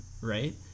right